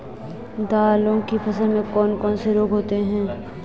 दालों की फसल में कौन कौन से रोग होते हैं?